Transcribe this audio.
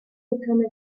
become